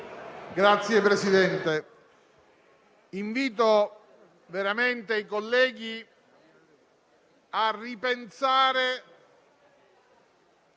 Signor Presidente, invito veramente i colleghi a ripensare